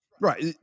right